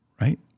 right